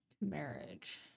marriage